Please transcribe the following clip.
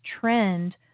trend